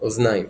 אוזניים